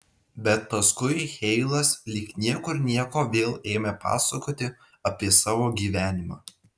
bet paskui heilas lyg niekur nieko vėl ėmė pasakoti apie savo gyvenimą